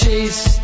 chase